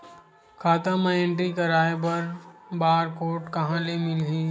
खाता म एंट्री कराय बर बार कोड कहां ले मिलही?